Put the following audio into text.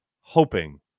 hoping